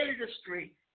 industry